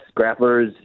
grapplers